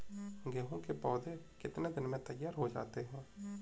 गेहूँ के पौधे कितने दिन में तैयार हो जाते हैं?